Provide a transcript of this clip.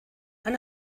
han